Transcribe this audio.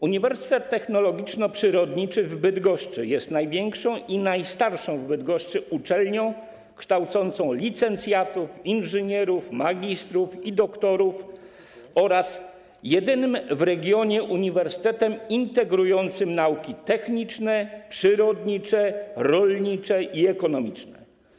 Uniwersytet Technologiczno-Przyrodniczy w Bydgoszczy jest największą i najstarszą w Bydgoszczy uczelnią kształcącą licencjatów, inżynierów, magistrów i doktorów oraz jedynym w regionie uniwersytetem integrującym nauki techniczne, przyrodnicze, rolnicze i ekonomiczne.